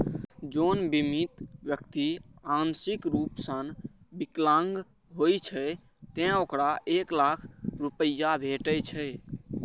जौं बीमित व्यक्ति आंशिक रूप सं विकलांग होइ छै, ते ओकरा एक लाख रुपैया भेटै छै